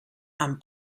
amb